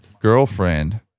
girlfriend